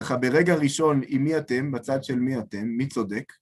ככה ברגע ראשון, עם מי אתם? בצד של מי אתם? מי צודק?